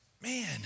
Man